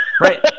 right